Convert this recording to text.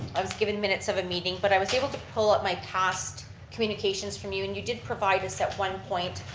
i was given minutes of a meeting, but i was able to pull up my past communications from you and you did provide us at one point,